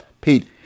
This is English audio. Pete